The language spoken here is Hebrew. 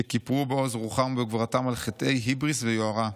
שכיפרו בעוז רוחם וגבורתם על חטאי היבריס ויוהרה.